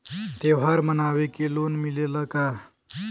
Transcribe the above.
त्योहार मनावे के लोन मिलेला का?